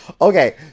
Okay